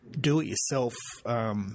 do-it-yourself